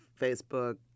Facebook